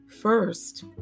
First